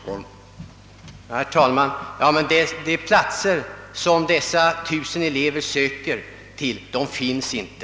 Herr talman! Ja, men de platser som dessa 1000 elever söker till finns ju inte!